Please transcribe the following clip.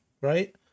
right